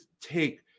take